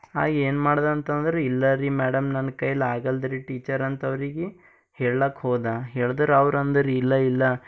ಆಗ ಏನು ಮಾಡ್ದೆ ಅಂತಂದರೆ ಇಲ್ಲ ರೀ ಮೇಡಮ್ ನನ್ನ ಕೈಯಲ್ಲಿ ಆಗಲ್ಲದ್ರೀ ಟೀಚರ್ ಅಂತವ್ರಿಗೆ ಹೇಳ್ಲಕ್ಕೆ ಹೋದೆ ಹೇಳ್ದರೆ ಅವ್ರು ಅಂದರು ಇಲ್ಲ ಇಲ್ಲ